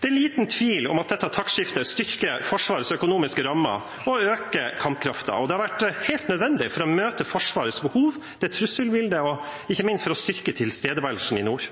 Det er liten tvil om at dette taktskiftet styrker Forsvarets økonomiske rammer og øker kampkraften. Det har vært helt nødvendig for å møte Forsvarets behov, trusselbildet og, ikke minst, for å styrke tilstedeværelsen i nord.